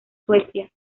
suecia